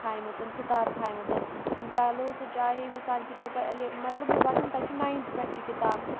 تھایہِ مَژَن کِتاب تھایمَژَن چَلو سُہ چاہے مِثال کے طور پَر مطلب مےٚ باسَان تَتہِ چھُ ناینتھٕ پٮ۪ٹھ چہٕ کِتاب